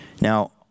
Now